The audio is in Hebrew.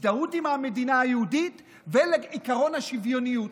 הזדהות עם המדינה היהודית ועקרון השוויוניות.